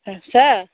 ꯑ ꯁꯥꯔ